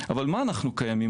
אבל מה זה אומר שאנחנו קיימים?